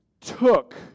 took